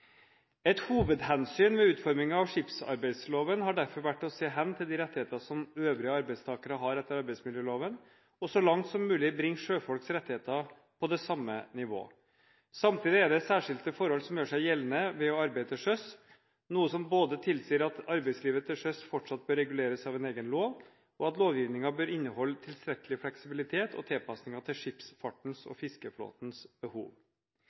Et hovedhensyn ved utformingen av skipsarbeidsloven har derfor vært å se hen til de rettigheter som øvrige arbeidstakere har etter arbeidsmiljøloven, og så langt som mulig bringe sjøfolks rettigheter opp på det samme nivået. Samtidig er det særskilte forhold som gjør seg gjeldende ved å arbeide til sjøs, noe som både tilsier at arbeidslivet til sjøs fortsatt bør reguleres av en egen lov, og at lovgivningen bør inneholde tilstrekkelig fleksibilitet og tilpasninger til skipsfartens og fiskeflåtens behov.